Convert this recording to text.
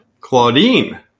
Claudine